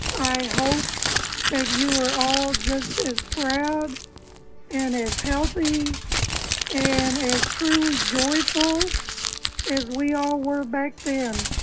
i hope that you are all just as proud and as healthy and as truly joyful as we all were back then.